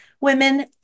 women